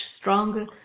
stronger